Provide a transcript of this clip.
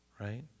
Right